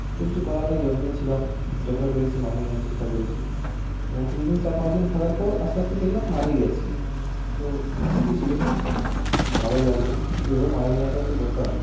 তো কিছু করার নেই যতদিন ছিলাম যতটা পেরেছি মানিয়ে নেওয়ার চেষ্টা করেছি এবং কিছুদিন চার পাঁচদিন থাকার পর আস্তে আস্তে দেখলাম মানিয়ে যাচ্ছে তো ঠিকই ছিল ভালোও লাগলো এইভাবে মানিয়ে নেওয়াটাও তো দরকার